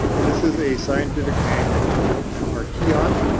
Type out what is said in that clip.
this is a scientific name for an archaeon,